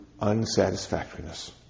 unsatisfactoriness